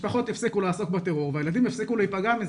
שהמשפחות יפסיקו לעסוק בטרור והילדים יפסיקו להיפגע מזה.